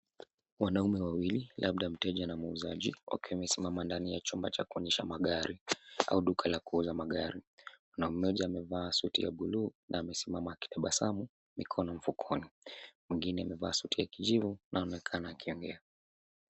Wanaume wawili labda mteja na muuzaji, wakiwa wamesimama ndani ya chumba cha kuonyesha magari au duka la kuuza magari. Kuna mmoja amevaa suti ya buluu na amesimama akitabasamu, mikono mfukoni, mwingine amevaa suti ya kijivu na anaonekana akiongea.